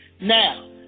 Now